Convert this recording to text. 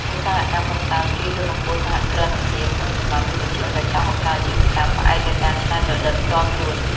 ឧស្សាហកម្មកម្សាន្តជួយលើកកម្ពស់សហគ្រិនភាពក្នុងចំណោមយុវជន ដែលចង់បង្កើតអាជីវកម្មផ្អែកលើការច្នៃប្រឌិតផ្ទាល់ខ្លួន។